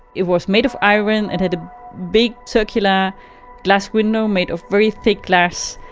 it was made of iron. it had a big circular glass window made of very thick glass,